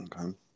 Okay